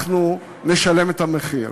אנחנו נשלם את המחיר.